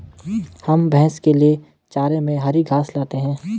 हम भैंस के लिए चारे में हरी घास लाते हैं